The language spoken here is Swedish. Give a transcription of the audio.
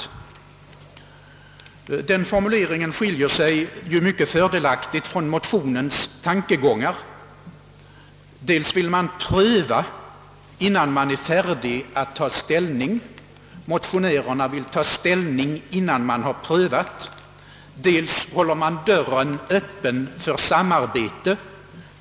Denna formulering skiljer sig mycket fördelaktigt från motionens tankegångar. Dels vill man pröva innan man är färdig att ta ställning; motionärerna vill ta ställning innan man har prövat, dels håller man dörren öppen för samarbete.